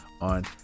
on